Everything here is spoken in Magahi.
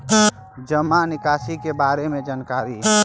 जामा निकासी के बारे में जानकारी?